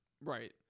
Right